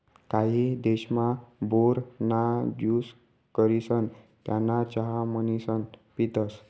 काही देशमा, बोर ना ज्यूस करिसन त्याना चहा म्हणीसन पितसं